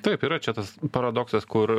taip yra čia tas paradoksas kur